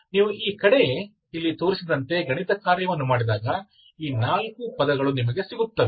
ನೀವು ಈ ಕಡೆ ಇಲ್ಲಿ ತೋರಿಸಿದಂತೆ ಗಣಿತಕಾರ್ಯವನ್ನು ಮಾಡಿದಾಗ ಈ 4 ಪದಗಳು ನಿಮಗೆ ಸಿಗುತ್ತವೆ